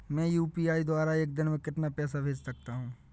मैं यू.पी.आई द्वारा एक दिन में कितना पैसा भेज सकता हूँ?